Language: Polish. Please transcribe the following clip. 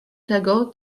tego